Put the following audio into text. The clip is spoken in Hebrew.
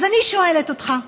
אז אני שואלת אותך: